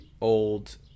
old